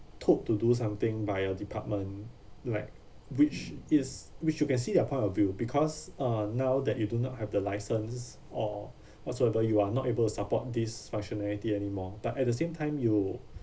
told to do something by your department like which is which you can see their point of view because uh now that you do not have the licence or whatsoever you are not able to support this functionality anymore but at the same time you